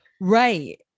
Right